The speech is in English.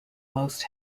most